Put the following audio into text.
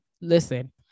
listen